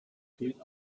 fehlt